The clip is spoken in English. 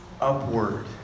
upward